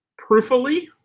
prooffully